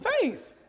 Faith